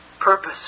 purpose